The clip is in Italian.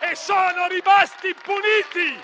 e sono rimasti impuniti.